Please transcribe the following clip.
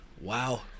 Wow